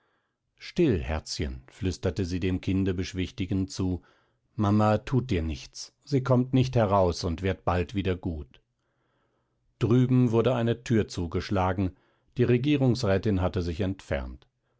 still herzchen flüsterte sie dem kinde beschwichtigend zu mama thut dir nichts sie kommt nicht heraus und wird bald wieder gut drüben wurde eine thür zugeschlagen die regierungsrätin hatte sich entfernt